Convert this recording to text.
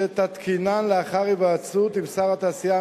שתתקינן לאחר היוועצות בשר התעשייה,